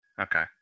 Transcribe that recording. Okay